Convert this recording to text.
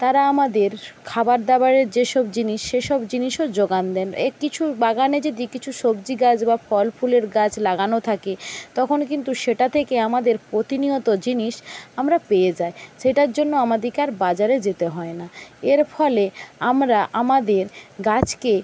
তারা আমাদের খাবার দাবারের যেসব জিনিস সেসব জিনিসও যোগান দেয় কিছু বাগানে যদি কিছু সবজি গাছ বা ফল ফুলের গাছ লাগানো থাকে তখন কিন্তু সেটা থেকে আমাদের প্রতিনিয়ত জিনিস আমরা পেয়ে যাই সেটার জন্য আমাদিকে আর বাজারে যেতে হয় না এর ফলে আমরা আমাদের গাছকে